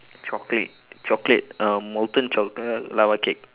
chocolate chocolate uh molten choc~ uh lava cake